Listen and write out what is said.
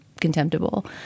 contemptible